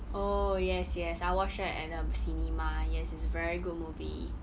oh yes yes I watch that at the cinema yes it's a very good movie